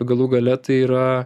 galų gale tai yra